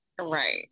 Right